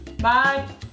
Bye